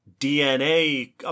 DNA